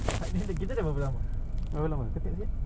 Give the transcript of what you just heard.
takde lah kita dah berapa lama berapa lama kau taip sia